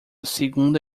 segunda